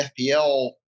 FPL